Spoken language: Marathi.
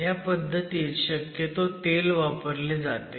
ह्या पद्धतीत शक्यतो तेल वापरले जाते